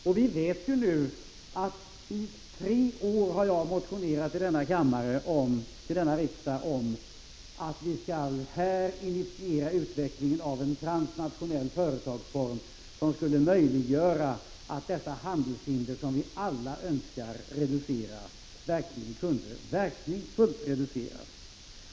Under tre års tid har jag här i riksdagen motionerat om att vi skall initiera förslag vad gäller utvecklingen av en transnationell företagsform. Om vi hade en sådan företagsform skulle de handelshinder som vi alla vill reducera verkligen också kraftigt reduceras.